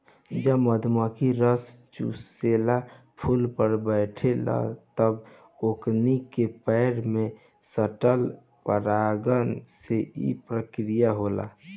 जब मधुमखी रस चुसेला फुल पर बैठे ले तब ओकनी के पैर में सटल पराग से ई प्रक्रिया होला